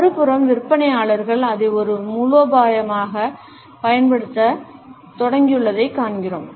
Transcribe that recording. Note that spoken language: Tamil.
மறுபுறம் விற்பனையாளர்கள் அதை ஒரு மூலோபாயமாக பயன்படுத்தத் தொடங்கியுள்ளதைக் காண்கிறோம்